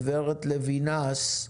גב' לוינס,